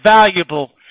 valuable